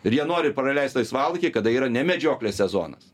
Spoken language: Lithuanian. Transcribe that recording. ir jie nori praleist laisvalaikį kada yra ne medžioklės sezonas